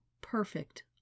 perfect